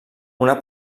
una